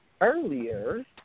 Earlier